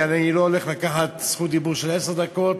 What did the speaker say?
כי אני לא הולך לקחת רשות דיבור של עשר דקות.